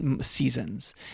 seasons